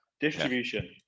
distribution